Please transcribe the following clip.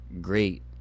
great